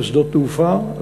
לשדות תעופה.